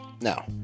Now